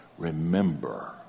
Remember